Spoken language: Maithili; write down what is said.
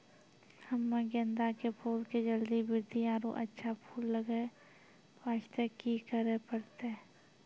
हम्मे गेंदा के फूल के जल्दी बृद्धि आरु अच्छा फूल लगय वास्ते की करे परतै?